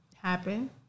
Happen